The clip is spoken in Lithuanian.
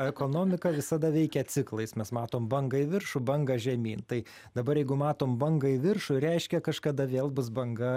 ekonomika visada veikia ciklais mes matom bangą į viršų bangą žemyn tai dabar jeigu matom bangą į viršų reiškia kažkada vėl bus banga